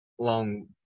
long